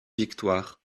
victoires